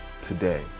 today